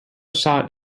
sought